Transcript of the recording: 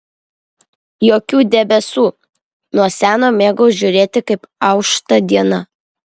jokių debesų nuo seno mėgau žiūrėti kaip aušta diena